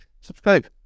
subscribe